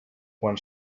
quan